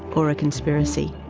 or a conspiracy?